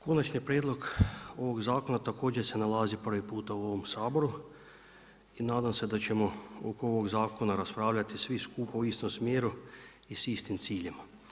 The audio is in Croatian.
Konačni prijedlog ovog zakona također se nalazi prvi puta u ovom Saboru i nadam se da ćemo oko ovog zakona raspravljati svi skupa u istom smjeru i s istim ciljem.